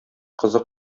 кызы